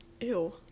Ew